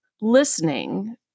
listening